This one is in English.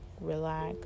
relax